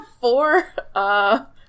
four